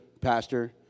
pastor